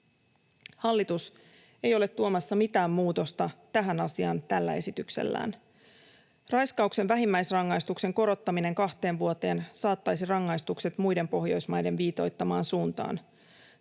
Hallitus ei ole tuomassa mitään muutosta tähän asiaan tällä esityksellään. Raiskauksen vähimmäisrangaistuksen korottaminen kahteen vuoteen saattaisi rangaistukset muiden Pohjoismaiden viitoittamaan suuntaan.